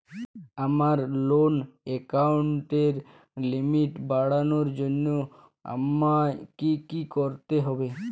আমার লোন অ্যাকাউন্টের লিমিট বাড়ানোর জন্য আমায় কী কী করতে হবে?